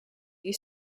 you